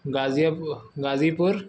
गाजीयापु Ghazipur